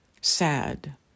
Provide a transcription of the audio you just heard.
sad